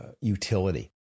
utility